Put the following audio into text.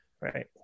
Right